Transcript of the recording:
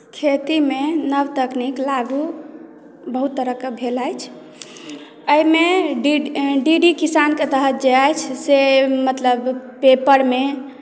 खेतीमे नव तकनीक लागू बहुत तरहक भेल अछि एहिमे डी डी डी किसानके तहत जे अछि से मतलब पेपरमे